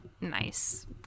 nice